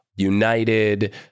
United